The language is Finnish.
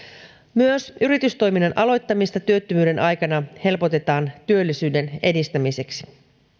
myös yritystoiminnan aloittamista työttömyyden aikana helpotetaan työllisyyden edistämiseksi